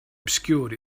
obscured